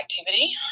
activity